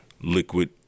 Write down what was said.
liquid